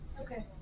Okay